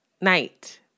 night